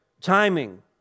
timing